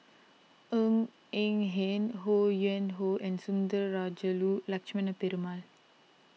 Ng Eng Hen Ho Yuen Hoe and Sundarajulu Lakshmana Perumal